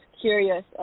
curious